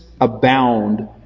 abound